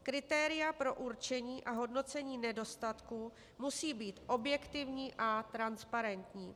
Kritéria pro určení a hodnocení nedostatku musí být objektivní a transparentní.